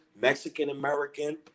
mexican-american